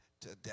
today